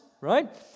right